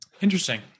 Interesting